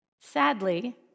Sadly